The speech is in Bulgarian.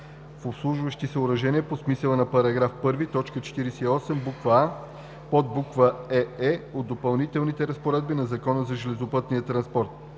в обслужващи съоръжения по смисъла на § 1, т. 48, буква „а“, подбуква „ее“ от Допълнителните разпоредби на Закона за железопътния транспорт,